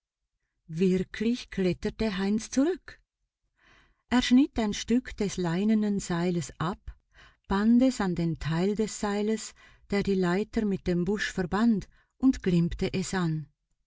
wirklich kletterte heinz zurück er schnitt ein stück des leinenen seiles ab band es an den teil des seiles der die leiter mit dem busch verband und glimmte es an